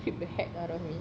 creeped the heck out of me